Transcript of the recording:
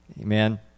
Amen